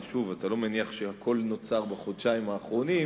הרי אתה לא מניח שהכול נוצר בחודשיים האחרונים,